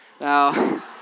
Now